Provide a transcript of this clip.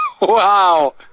Wow